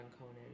Conan